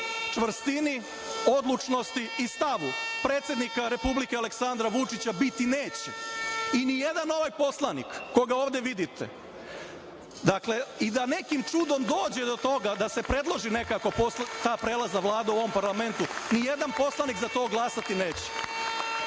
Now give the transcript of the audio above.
čvrstini, odlučnosti i stavu predsednika Republike Aleksandra Vučića, biti neće, i nijedan ovaj poslanik koga ovde vidite, dakle, i da nekim čudom dođe do toga da se predloži nekako ta prelazna vlada u ovom parlamentu, nijedan poslanik za to glasati neće.